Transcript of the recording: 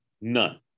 none